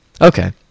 Okay